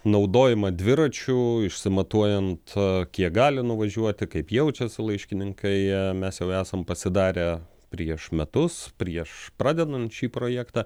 naudojimą dviračių išsimatuojant kiek gali nuvažiuoti kaip jaučiasi laiškininkai mes jau esam pasidarę prieš metus prieš pradedan šį projektą